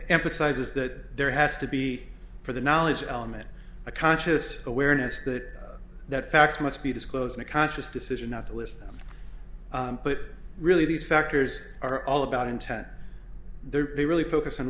emphasizes that there has to be for the knowledge element a conscious awareness that the facts must be disclosed in a conscious decision not to list them but really these factors are all about intent they're really focused on